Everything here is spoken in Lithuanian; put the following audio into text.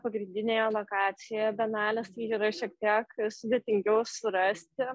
pagrindinėje lokacijoj bienalės yra šiek tiek sudėtingiau surasti